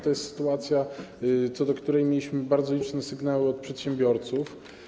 To jest sytuacja, co do której mieliśmy bardzo liczne sygnały od przedsiębiorców.